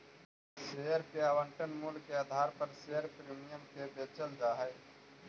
share के आवंटन मूल्य के आधार पर शेयर प्रीमियम के बेचल जा हई